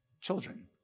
children